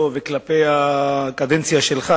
ולא כלפי הקדנציה שלך.